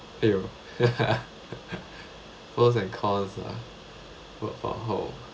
!aiya! pros and cons lah work from home